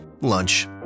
Lunch